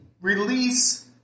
release